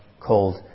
called